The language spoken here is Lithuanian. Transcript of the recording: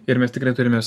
ir mes tikrai turime